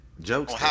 jokes